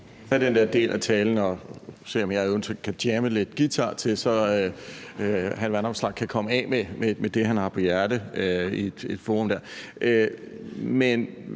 den der del af talen, og se, om jeg eventuelt kan jamme lidt guitar til, så hr. Alex Vanopslagh kan komme af med det, han har på hjerte, i det forum.